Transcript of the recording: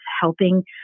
helping